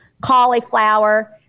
cauliflower